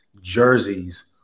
jerseys